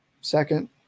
second